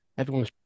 Everyone's